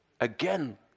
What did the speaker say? again